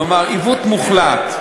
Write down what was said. כלומר, עיוות מוחלט.